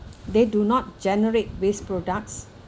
they do not generate waste products